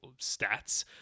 stats